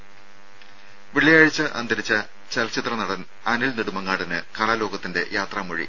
രുമ വെള്ളിയാഴ്ച അന്തരിച്ച ചലച്ചിത്ര നടൻ അനിൽ നെടുമങ്ങാടിന് കലാലോകത്തിന്റെ യാത്രാമൊഴി